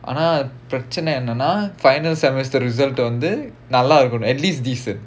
ஆனா பிரச்னை என்னனா:aanaa pirachanai ennanaa final semester result வந்து நல்லா இருக்கனும்:vanthu nallaa irukkanum at least decent